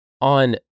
on